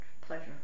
pleasure